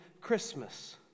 Christmas